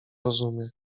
rozumie